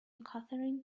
catherine